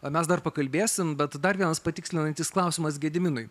o mes dar pakalbėsime bet dar vienas patikslinantis klausimas gediminui